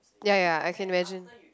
ya ya I can imagine